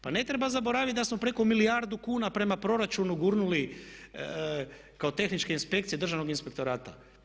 Pa ne treba zaboraviti da smo preko milijardu kuna prema proračunu gurnuli kao tehničke inspekcije državnog inspektorata.